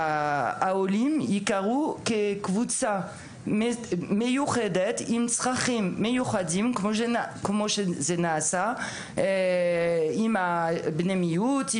שהעולים יוכרו כקבוצה בעלת צרכים מיוחדים כמו שנעשה עם בני מיעוטים,